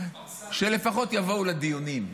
שלפחות יבואו לדיונים.